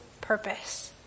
purpose